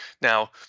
Now